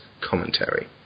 commentary